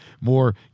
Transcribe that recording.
more